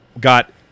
got